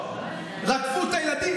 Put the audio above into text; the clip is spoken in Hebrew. רדפו את הילדים,